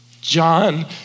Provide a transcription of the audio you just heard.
John